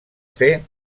fer